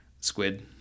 Squid